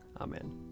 Amen